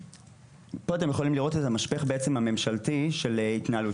פה אתם יכולים לראות בעצם את המשפך הממשלתי של התנהלות.